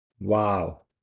Wow